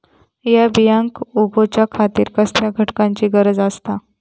हया बियांक उगौच्या खातिर कसल्या घटकांची गरज आसता?